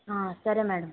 సరే మేడం